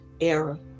era